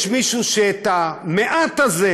ויש מישהו שאת המעט הזה,